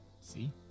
See